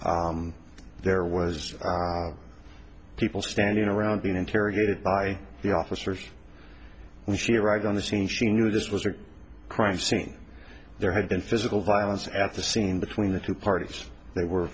there was people standing around being interrogated by the officers when she arrived on the scene she knew this was a crime scene there had been physical violence at the scene between the two parties they were